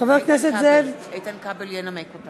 חבר הכנסת איתן כבל ינמק.